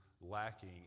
lacking